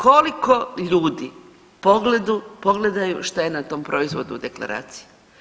Koliko ljudi pogledaju šta je na tom proizvodu u deklaraciji?